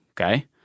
Okay